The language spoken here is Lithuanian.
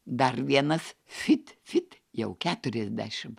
dar vienas fit fit jau keturiasdešim